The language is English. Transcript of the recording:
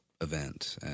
event